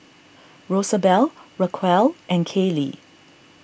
Rosabelle Raquel and Caylee